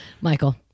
Michael